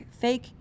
fake